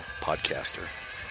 podcaster